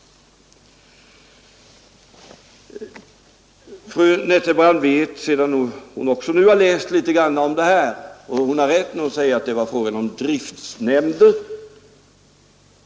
Fru Nettelbrandt vet detta nu, sedan också hon har läst litet om det. Hon har rätt när hon säger att det var fråga om driftsnämnder.